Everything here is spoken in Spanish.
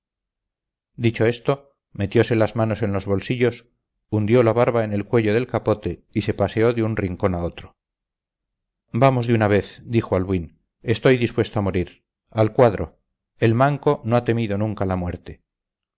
dicho esto metiose las manos en los bolsillos hundió la barba en el cuello del capote y se paseó de un rincón a otro vamos de una vez dijo albuín estoy dispuesto a morir al cuadro el manco no ha temido nunca la muerte